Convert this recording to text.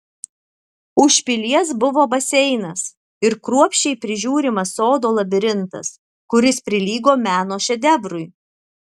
už pilies buvo baseinas ir kruopščiai prižiūrimas sodo labirintas kuris prilygo meno šedevrui